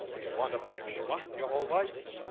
do you want to be a schmuck your whole life?